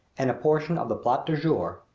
and a portion of the plat du jour,